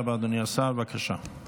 סליחה, אפשר לקבל שקט באולם מייד?